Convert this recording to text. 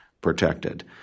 protected